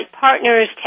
partners